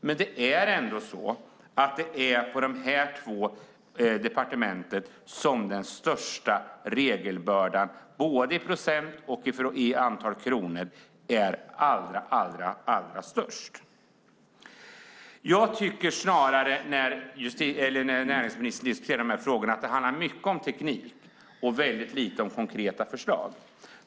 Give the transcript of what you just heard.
Men det är ändå på dessa två departement som den största regelbördan både i procent och i antal kronor är allra störst. När näringsministern diskuterar de här frågorna handlar det mycket om teknik och väldigt lite om konkreta förslag.